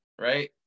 right